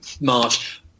march